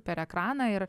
per ekraną ir